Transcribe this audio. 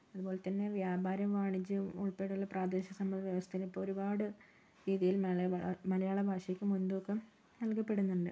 അതുപോലെതന്നെ വ്യാപാരം വാണിജ്യവും ഉൾപ്പടെയുള്ള പ്രാദേശിക സമ്പദ് വ്യവസ്ഥയിലിപ്പോ ഒരുപാട് രീതിയിൽ മലയാള ഭാഷയ്ക്ക് മുൻതൂക്കം നൽകപ്പെടുന്നുണ്ട്